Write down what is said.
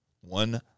One